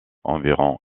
environ